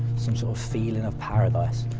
some sort of feeling of paradise.